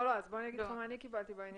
אני אגיד לך מה אני קיבלתי בעניין הזה.